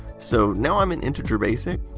so, now i'm in integer basic.